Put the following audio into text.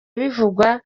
bivugwa